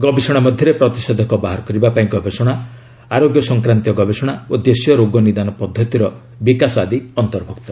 ଗବେଷଣା ମଧ୍ୟରେ ପ୍ରତିଷେଧକ ବାହାର କରିବାପାଇଁ ଗବେଷଣା ଆରୋଗ୍ୟ ସଂକ୍ରାନ୍ତ ଗବେଷଣା ଓ ଦେଶୀୟ ରୋଗ ନିଦାନ ପଦ୍ଧତିର ବିକାଶ ପ୍ରଭୂତି ଅନ୍ତର୍ଭକ୍ତ